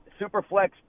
Superflex